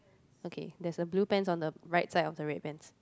okay there's a blue pants on the right side of the red pants